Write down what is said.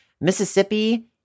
Mississippi